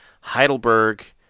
Heidelberg